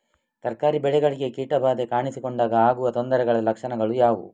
ತರಕಾರಿ ಬೆಳೆಗಳಿಗೆ ಕೀಟ ಬಾಧೆ ಕಾಣಿಸಿಕೊಂಡಾಗ ಆಗುವ ತೊಂದರೆಗಳ ಲಕ್ಷಣಗಳು ಯಾವುವು?